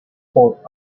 for